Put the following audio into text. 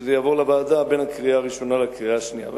כשזה יעבור לוועדה בין הקריאה הראשונה לשנייה והשלישית.